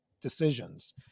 decisions